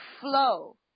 flow